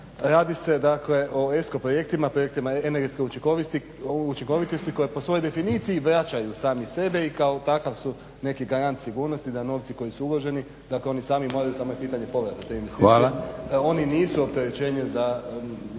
dakle o ESCO projektima, projektima energetske učinkovitosti koji po svojoj definiciji vraćaju sami sebe i kao takav su neki garant sigurnosti da novci koji su uloženi, dakle oni sami moraju samo je pitanje povrata te investicije. Oni nisu financijsko